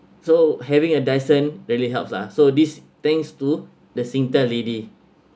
so having a dyson really helps lah so this thanks to the singtel lady